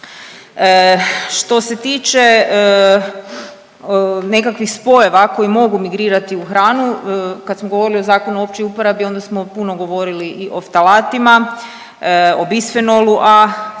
Što se tiče nekakvih spojeva koji mogu migrirati u hranu kad smo govorili o Zakonu o općoj uporabi onda smo puno govorili i o ftalatima, o bisfenolu A,